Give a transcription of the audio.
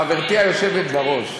חברתי היושבת בראש,